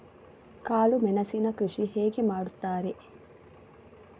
ಕಾಳು ಮೆಣಸಿನ ಕೃಷಿ ಹೇಗೆ ಮಾಡುತ್ತಾರೆ?